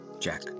jack